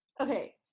okay